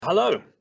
Hello